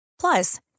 Plus